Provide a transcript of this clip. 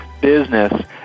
business